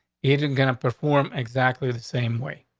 agent gonna perform exactly the same way.